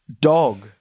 dog